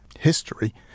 history